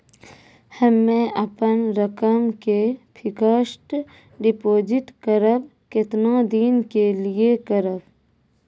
हम्मे अपन रकम के फिक्स्ड डिपोजिट करबऽ केतना दिन के लिए करबऽ?